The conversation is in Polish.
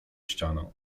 ścianę